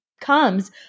comes